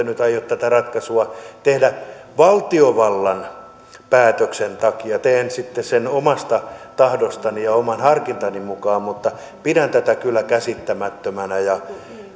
nyt aio tätä ratkaisua tehdä valtiovallan päätöksen takia teen sen sitten omasta tahdostani ja oman harkintani mukaan mutta pidän tätä kyllä käsittämättömänä